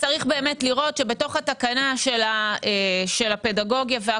צריך לראות שבתוך התקנה של הפדגוגיה יש